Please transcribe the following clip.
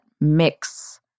mix